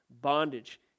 bondage